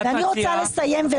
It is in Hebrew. אני רוצה לסיים.